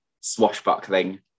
swashbuckling